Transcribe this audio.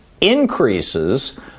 increases